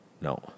No